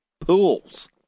pools